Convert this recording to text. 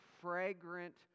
fragrant